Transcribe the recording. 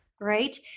right